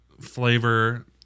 flavor